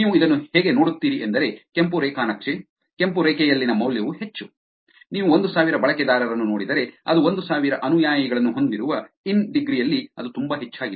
ನೀವು ಇದನ್ನು ಹೇಗೆ ನೋಡುತ್ತೀರಿ ಎಂದರೆ ಕೆಂಪು ರೇಖಾ ನಕ್ಷೆ ಕೆಂಪು ರೇಖೆಯಲ್ಲಿನ ಮೌಲ್ಯವು ಹೆಚ್ಚು ನೀವು ಒಂದು ಸಾವಿರ ಬಳಕೆದಾರರನ್ನು ನೋಡಿದರೆ ಅದು ಒಂದು ಸಾವಿರ ಅನುಯಾಯಿಗಳನ್ನು ಹೊಂದಿರುವ ಇನ್ ಡಿಗ್ರಿ ಯಲ್ಲಿ ಅದು ತುಂಬಾ ಹೆಚ್ಚಾಗಿದೆ